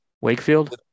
Wakefield